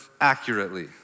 accurately